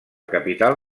capital